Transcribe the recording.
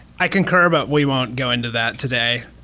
i concur, but we won't go into that today.